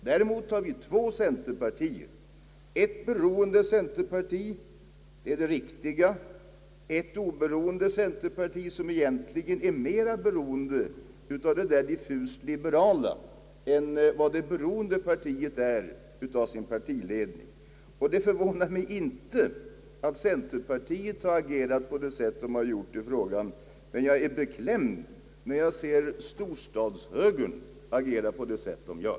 Däremot har vi två centerpartier, ett beroende centerparti — det är det riktiga — och ett oberoende centerparti, som egentligen är mera beroende av de diffust liberala än vad det beroende partiet är av sin partiledning. Det förvånar mig inte, att centerpartiet har agerat på det sätt de har gjort i denna fråga, men jag blir beklämd när jag ser storstadshögern agera på det sätt de gör.